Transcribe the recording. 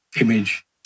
image